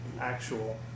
actual